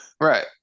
Right